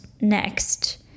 next